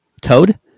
Toad